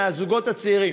מהזוגות הצעירים.